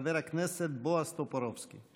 חבר הכנסת בועז טופורובסקי.